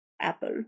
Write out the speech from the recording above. Apple